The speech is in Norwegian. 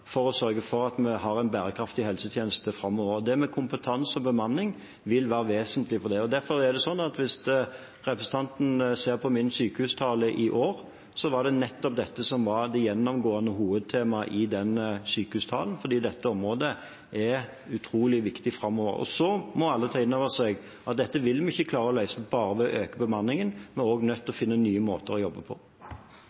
for å sørge for at vi har en bærekraftig helsetjeneste framover. Det med kompetanse og bemanning vil være vesentlig for det. Derfor er det slik at hvis representanten ser på min sykehustale i år, er det nettopp dette som er de gjennomgående hovedtemaene der, fordi dette området er utrolig viktig framover. Så må alle ta inn over seg at dette vil vi ikke klare å løse bare ved å øke bemanningen. Vi er også nødt til